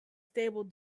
stable